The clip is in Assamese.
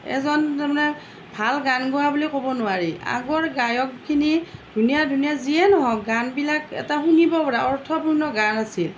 এজন তাৰমানে ভাল গান গোৱা বুলি ক'ব নোৱাৰি আগৰ গায়কখিনি ধুনীয়া ধুনীয়া যিয়ে নহওক গানবিলাক এটা শুনিব পৰা অৰ্থপূৰ্ণ গান আছিল